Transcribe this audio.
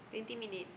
twenty minute